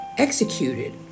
Executed